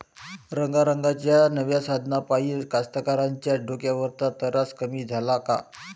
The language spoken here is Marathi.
रंगारंगाच्या नव्या साधनाइपाई कास्तकाराइच्या डोक्यावरचा तरास कमी झाला का?